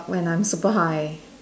when I'm super high